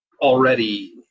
already